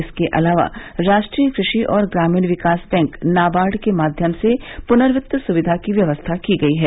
इसके अलावा राष्ट्रीय कृषि और ग्रामीण विकास बैंक नाबार्ड के माध्यम से पुनर्वित्त सुविधा की व्यवस्था की गई है